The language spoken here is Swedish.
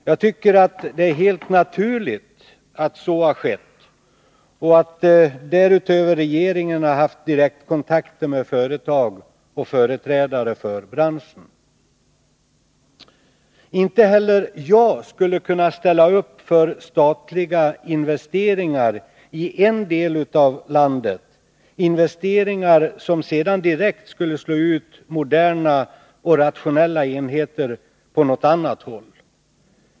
Jag tycker att det är helt naturligt att så har skett och att därutöver regeringen har haft direktkontakter med företag och företrädare för branschen. Inte heller jag skulle kunna ställa upp för statliga investeringar i en del av landet vilka sedan direkt slår ut moderna och rationella enheter på något annat håll.